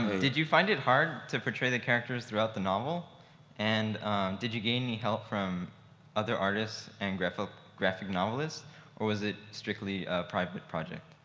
did you find it hard to portray the characters throughout the novel and did you gain any help from other artists and graphic graphic novelists or was it strictly a private project?